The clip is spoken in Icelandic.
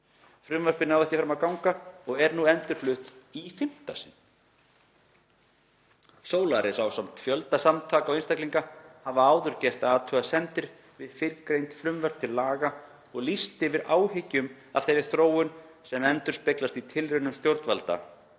Frumvarpið náði ekki fram að ganga og er nú endurflutt í fimmta sinn. Solaris, ásamt fjölda samtaka og einstaklinga, hefur áður gert athugasemdir við fyrrgreind frumvörp til laga og lýst yfir áhyggjum af þeirri þróun sem endurspeglast í tilraunum stjórnvalda